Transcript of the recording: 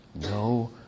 no